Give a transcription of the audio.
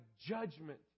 judgment